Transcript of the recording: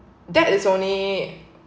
that is only